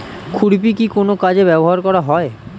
খুরপি কি কোন কাজে ব্যবহার করা হয়?